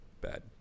bad